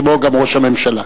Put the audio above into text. כמו גם ראש הממשלה,